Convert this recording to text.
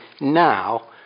now